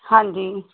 ਹਾਂਜੀ